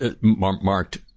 marked